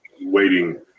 waiting